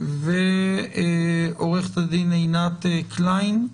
ועורכת הדין עינת קליין,